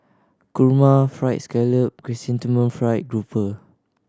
kurma Fried Scallop Chrysanthemum Fried Grouper